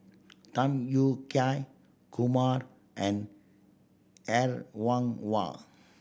Tham Yui Kai Kumar and Er Kwong Wah